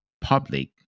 public